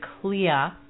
clear